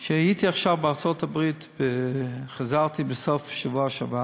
כשהייתי עכשיו בארצות-הברית חזרתי בסוף השבוע שעבר,